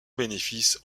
bénéfice